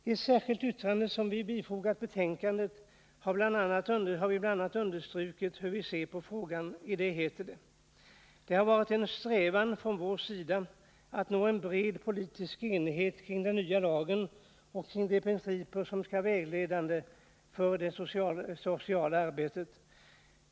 I ett särskilt yttrande som vi bifogat betänkandet har vi bl.a. understrukit att det har varit en strävan från vår sida att nå en bred politisk enighet kring den nya lagen och kring de principer som skall vara vägledande för det sociala arbetet.